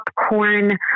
popcorn